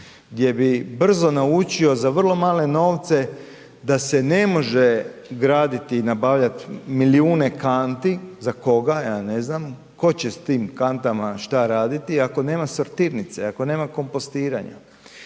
gdje bi brzo naučio za vrlo male novce da se ne može graditi i nabavljati milijune kanti. Za koga? Ja ne znam. Tko će s tim kantama šta raditi, ako nema sortirnice, ako nema kompostiranja.